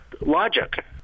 logic